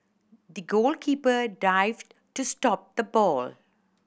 the goalkeeper dived to stop the ball